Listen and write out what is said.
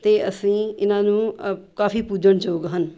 ਅਤੇ ਅਸੀਂ ਇਹਨਾਂ ਨੂੰ ਕਾਫ਼ੀ ਪੂਜਨਯੋਗ ਹਨ